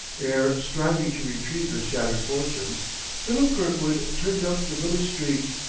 ere striving to retrieve his shattered fortunes philip kirkwood turned up the village street,